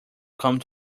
come